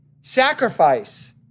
sacrifice